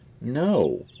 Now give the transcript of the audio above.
No